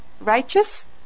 righteous